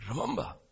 remember